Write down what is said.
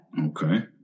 Okay